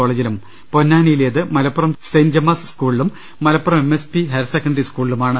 കോളേജിലും പൊന്നാനിയിലേത് Malappuram saint Gemma's സ്കൂളിലും മലപ്പുറം എംഎസ്പി ഹയർ സെക്കൻഡറി സ്കൂളിലുമാണ്